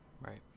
right